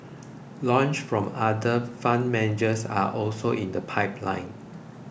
launches from other fund managers are also in the pipeline